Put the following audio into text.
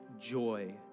joy